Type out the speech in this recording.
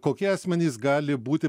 kokie asmenys gali būti